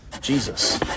Jesus